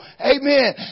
Amen